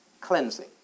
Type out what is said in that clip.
cleansing